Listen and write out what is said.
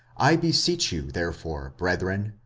i beseech you therefore, brethren,